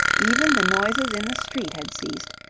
even the noises in the street had ceased,